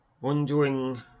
Wondering